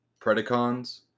Predacons